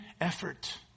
effort